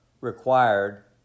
required